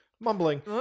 Mumbling